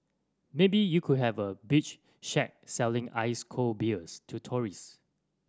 maybe you could have a beach shack selling ice cold beers to tourist